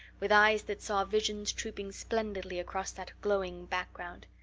with eyes that saw visions trooping splendidly across that glowing background.